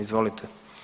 Izvolite.